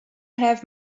have